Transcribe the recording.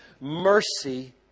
mercy